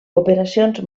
operacions